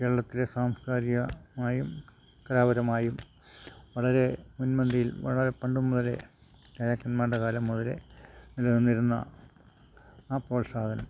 കേരളത്തിലെ സാംസ്കാരികമായും കലാപരമായും വളരെ മുൻപന്തിയിൽ വളരെ പണ്ട് മുതലേ രാജാക്കന്മാരുടെ കാലം മുതലേ നിലനിന്നിരുന്ന ആ പ്രോത്സാഹനം